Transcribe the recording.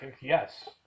Yes